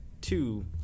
two